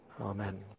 Amen